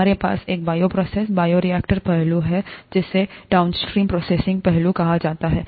हमारे पास एक बायोप्रोसेस बायोरिएक्टर पहलू और जिसे डाउनस्ट्रीम प्रोसेसिंग पहलू कहा जाता है